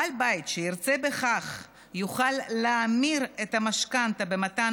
בעל בית שירצה בכך יוכל להמיר את המשכנתה במתן